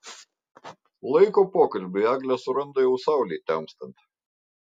laiko pokalbiui eglė suranda jau saulei temstant